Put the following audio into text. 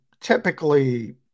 typically